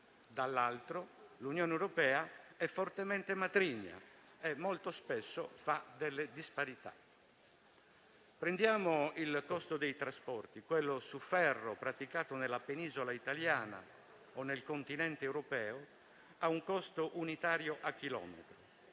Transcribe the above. dall'altro, l'Unione europea è fortemente matrigna e molto spesso fa delle disparità. Prendiamo il costo dei trasporti. Quello su ferro praticato nella Penisola italiana o nel Continente europeo ha un costo unitario a chilometro;